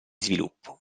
sviluppo